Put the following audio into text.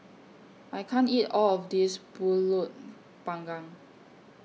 I can't eat All of This Pulut Panggang